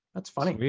that's funny.